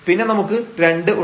പിന്നെ നമുക്ക് 2 ഉണ്ട്